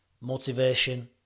motivation